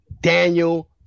Daniel